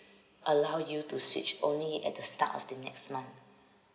allow you to switch only at the start of the next month